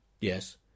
Yes